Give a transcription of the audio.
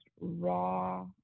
raw